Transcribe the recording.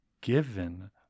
given